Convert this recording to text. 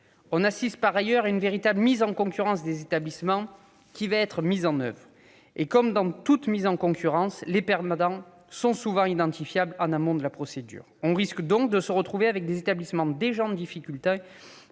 prioritaire. Par ailleurs, c'est une véritable mise en concurrence des établissements qui va être mise en oeuvre. Et comme dans toute mise en concurrence, les perdants sont souvent identifiables en amont de la procédure. On risque donc de se retrouver avec des établissements déjà en difficulté